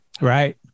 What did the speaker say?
Right